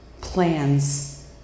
plans